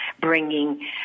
bringing